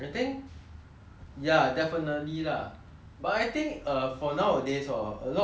but I think uh for nowadays hor a lot of like teenagers also like leisurely play already